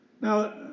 Now